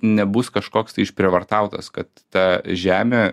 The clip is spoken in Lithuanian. nebus kažkoks tai išprievartautas kad ta žemė